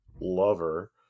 lover